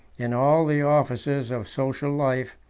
in all the offices of social life,